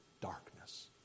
darkness